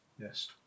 Yes